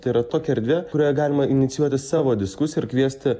tai yra tokia erdvė kurioje galima inicijuoti savo diskusiją ir kviesti